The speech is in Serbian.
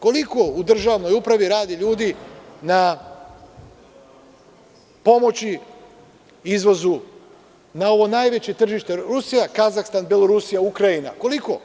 Koliko u državnoj upravi radi ljudi, na pomoći, izvozu, na ovo najveće tržište Rusija, Kazahstan, Belorusija, Ukrajina, koliko?